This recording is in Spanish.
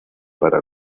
para